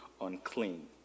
unclean